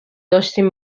داشتیم